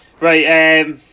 right